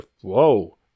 Whoa